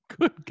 Good